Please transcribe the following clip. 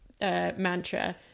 mantra